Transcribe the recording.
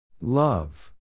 Love